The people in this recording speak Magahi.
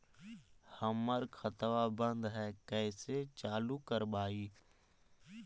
हमर खतवा बंद है कैसे चालु करवाई?